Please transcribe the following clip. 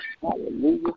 Hallelujah